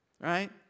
right